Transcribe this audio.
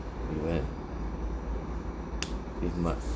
we went with my